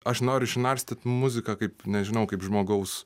aš noriu išnarstyt muziką kaip nežinau kaip žmogaus